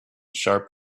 sharp